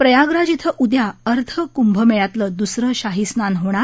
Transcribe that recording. प्रयागराज श्विं उद्या अर्ध कुंभमेळयातलं दुसरं शाही स्नान होणार